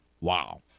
Wow